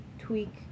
tweak